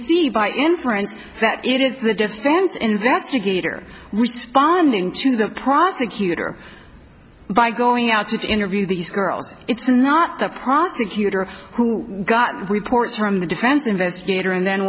see by inference that it is the defense investigator responding to the prosecutor by going out to interview these girls it's not the prosecutor who got reports from the defense investigator and then